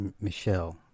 Michelle